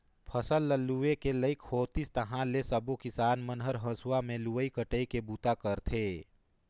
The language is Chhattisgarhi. फसल ल लूए के लइक होतिस ताहाँले सबो किसान हर हंसुआ में लुवई कटई के बूता करथे